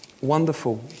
wonderful